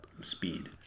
speed